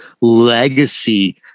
legacy